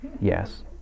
Yes